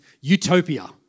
utopia